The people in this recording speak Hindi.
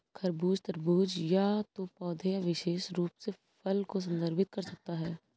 खरबूज, तरबूज या तो पौधे या विशेष रूप से फल को संदर्भित कर सकता है